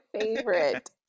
favorite